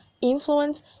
influence